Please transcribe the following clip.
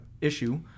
issue